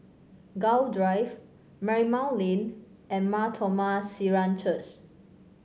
Gul Drive Marymount Lane and Mar Thoma Syrian Church